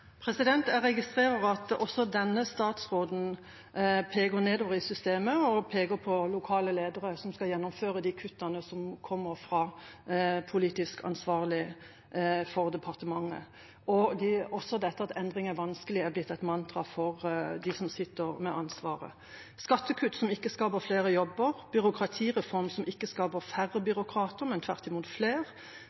lokale ledere som skal gjennomføre de kuttene som kommer fra politisk ansvarlig for departementet. Også dette at endring er vanskelig, er blitt et mantra for dem som sitter med ansvaret. Skattekutt, som ikke skaper flere jobber, byråkratireform som ikke skaper færre byråkrater, men tvert imot flere,